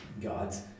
God's